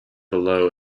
below